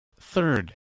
Third